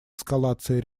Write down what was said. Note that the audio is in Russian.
эскалации